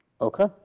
okay